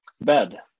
bed